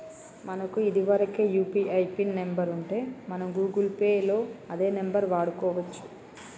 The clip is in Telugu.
మనకు ఇదివరకే యూ.పీ.ఐ పిన్ నెంబర్ ఉంటే మనం గూగుల్ పే లో అదే నెంబర్ వాడుకోవచ్చు